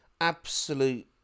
absolute